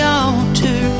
altar